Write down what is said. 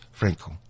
Frankel